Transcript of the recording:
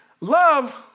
love